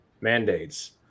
mandates